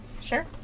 Sure